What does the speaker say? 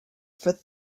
for